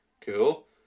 cool